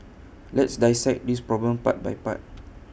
let's dissect this problem part by part